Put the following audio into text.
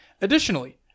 Additionally